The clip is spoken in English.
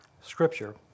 Scripture